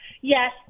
Yes